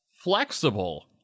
flexible